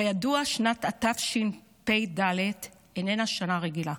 כידוע, שנת התשפ"ד איננה שנה רגילה.